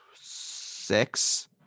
six